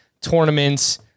tournaments